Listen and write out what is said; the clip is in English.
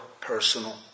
personal